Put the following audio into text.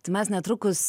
tai mes netrukus